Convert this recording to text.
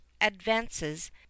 advances